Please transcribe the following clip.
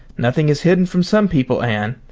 nothing is hidden from some people, anne.